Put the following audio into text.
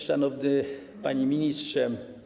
Szanowny Panie Ministrze!